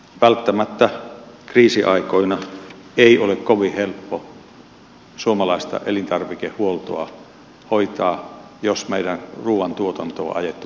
välttämättä kriisiaikoina ei ole kovin helppo suomalaista elintarvikehuoltoa hoitaa jos meidän ruoantuotantomme on ajettu kovin alas